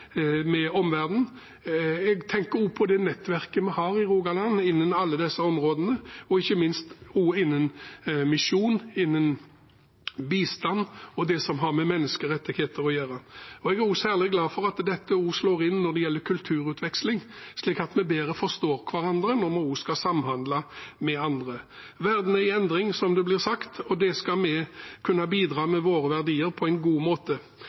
med omverdenen. Jeg tenker også på det nettverket vi har i Rogaland på alle disse områdene, ikke minst innen misjon, bistand og det som har med menneskerettigheter å gjøre. Jeg er også særlig glad for at dette slår inn når det gjelder kulturutveksling, slik at vi bedre forstår hverandre når vi skal samhandle med andre. Verden er i endring, som det blir sagt, og da skal vi kunne bidra med våre verdier på en god måte.